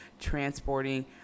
transporting